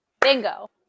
Bingo